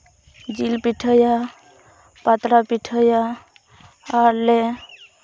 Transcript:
ᱡᱤᱞ ᱯᱤᱴᱷᱟᱹᱭᱟ ᱯᱟᱛᱲᱟ ᱯᱤᱴᱷᱟᱹᱭᱟ ᱟᱨᱞᱮ